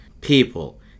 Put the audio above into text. people